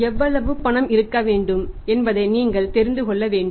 எவ்வளவு பணம் இருக்க வேண்டும் என்பதை நீங்கள் தெரிந்து கொள்ள வேண்டும்